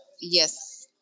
yes